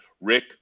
Rick